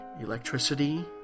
electricity